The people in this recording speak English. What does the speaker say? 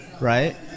Right